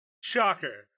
Shocker